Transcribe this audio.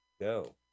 go